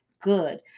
good